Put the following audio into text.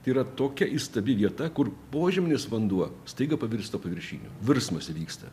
tai yra tokia įstabi vieta kur požeminis vanduo staiga pavirsta paviršiniu virsmas įvyksta